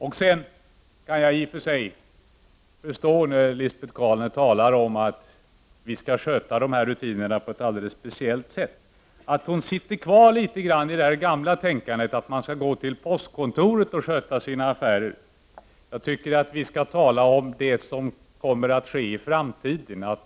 Jag kan förstå att Lisbet Calner, när hon talar om att vi skall sköta dessa rutiner på ett speciellt sätt, sitter kvar i det gamla tänkandet, att man går till postkontoret och sköter sina affärer. Jag tycker att vi skall tala om det som kommer att ske i framtiden.